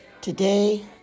Today